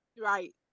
right